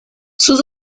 sus